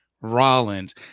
Rollins